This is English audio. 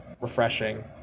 refreshing